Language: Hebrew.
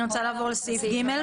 אני רוצה לעבור לסעיף (ג).